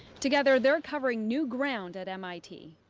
together, they're covering new ground at mit.